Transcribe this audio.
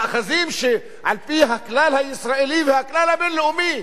מאחזים שעל-פי הכלל הישראלי והכלל הבין-לאומי,